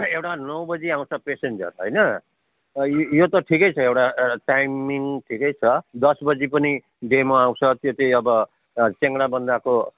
एउटा नौ बजी आउँछ प्यासेन्जर होइन यो यो त ठिकै छ एउटा टाइमिङ ठिकै छ दस बजी पनि डेमो आउँछ त्यो चाहिँ अब चेङ्डाबन्दाको